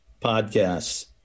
podcasts